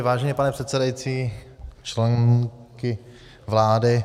Vážený pane předsedající, členky vlády...